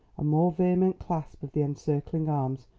a more vehement clasp of the encircling arms,